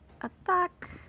Attack